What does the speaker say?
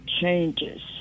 changes